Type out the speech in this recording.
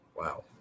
Wow